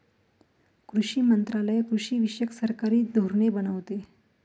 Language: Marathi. कृषी मंत्रालय कृषीविषयक सरकारी धोरणे बनवते